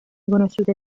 conosciute